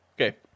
Okay